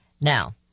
Now